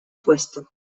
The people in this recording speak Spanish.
puesto